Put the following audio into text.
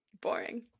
Boring